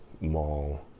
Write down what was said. mall